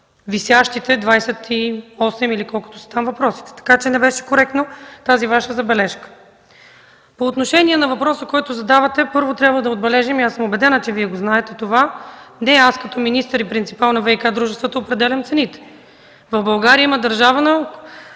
висящите 28, или колкото са там, въпроса, така че Вашата забележка не беше коректна. По отношение на въпроса, който задавате, първо, трябва да отбележим, и аз съм убедена, че Вие знаете това, не аз като министър и принципал на ВиК дружествата определям цените. В България има Държавна